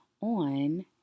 on